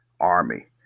Army